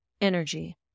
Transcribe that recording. Energy